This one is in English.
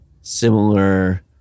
similar